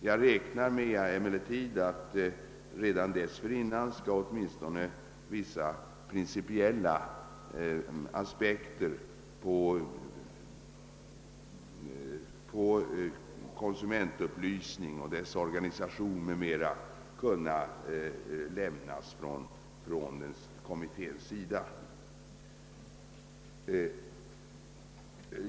Jag hoppas emellertid att redan dessförinnan åtminstone vissa principiella aspekter på konsumentupplysningen och dess organisation m.m. skall kunna lämnas från kommittén.